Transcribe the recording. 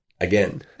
again